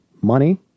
money